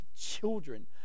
children